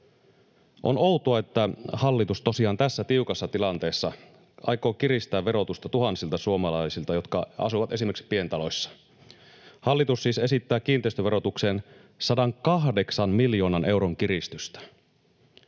On outoa, että hallitus tosiaan tässä tiukassa tilanteessa aikoo kiristää verotusta tuhansilta suomalaisilta, jotka asuvat esimerkiksi pientaloissa. Hallitus siis esittää kiinteistöverotukseen 108 miljoonan euron kiristystä.